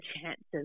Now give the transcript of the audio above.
chances